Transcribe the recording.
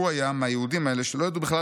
הוא היה מהיהודים האלה שלא ידעו בכלל